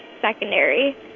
secondary